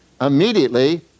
immediately